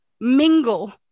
mingle